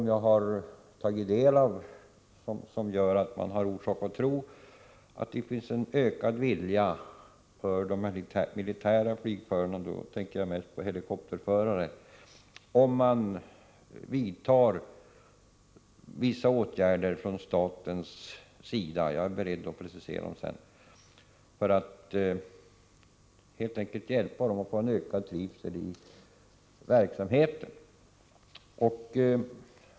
Jag har tagit del av uppgifter beträffande situationen för de militära flygförarna och särskilt helikopterförarna. Dessa uppgifter ger mig anledning att tro att man från statens sida måste vidta vissa åtgärder — jag är beredd att precisera dem senare — för att helt enkelt hjälpa förarna att få en ökad trivsel i sin verksamhet.